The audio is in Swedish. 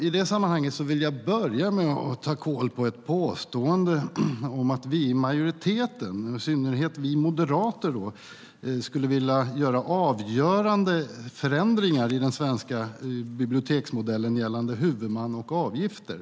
I det sammanhanget vill jag börja med att ta kål på ett påstående om att vi i majoriteten och i synnerhet vi moderater skulle vilja göra avgörande förändringar i den svenska biblioteksmodellen gällande huvudman och avgifter.